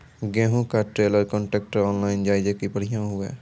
गेहूँ का trailer contractor online जाए जैकी बढ़िया हुआ